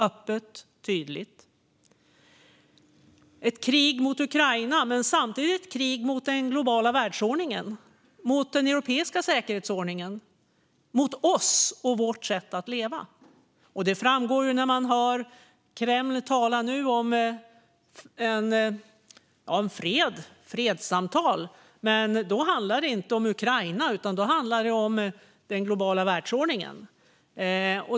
Det är ett krig mot Ukraina men samtidigt ett krig mot den globala världsordningen, mot den europeiska säkerhetsordningen och mot oss och vårt sätt att leva. Detta framgår när man nu hör Kreml tala om fred och fredssamtal. Då handlar det inte om Ukraina utan om den globala världsordningen.